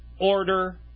order